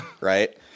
Right